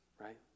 right